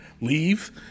leave